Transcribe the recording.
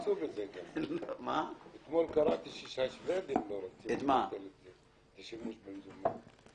אתמול קראתי שהשבדים לא רצו את השימוש במזומן.